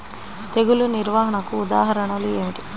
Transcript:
తెగులు నిర్వహణకు ఉదాహరణలు ఏమిటి?